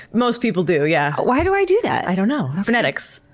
most people do. yeah. why do i do that? i don't know. phonetics.